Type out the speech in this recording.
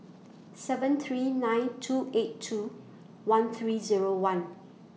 seven three nine two eight two one three Zero one